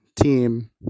team